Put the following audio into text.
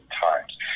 times